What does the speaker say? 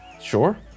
Sure